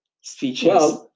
speeches